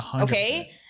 okay